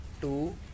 two